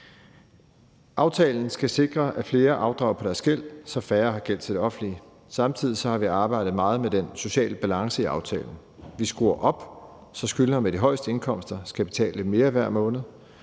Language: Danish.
Aftalen skal sikre, at flere afdrager på deres gæld, så færre har gæld til det offentlige. Samtidig har vi arbejdet meget med den sociale balance i aftalen. Vi skruer op, så skyldnere med de højeste indkomster skal betale lidt mere hver måned,